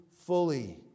fully